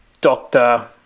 doctor